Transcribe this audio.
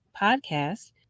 podcast